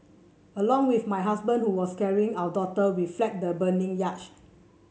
along with my husband who was carrying our daughter we fled the burning yacht